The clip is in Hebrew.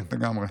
לגמרי.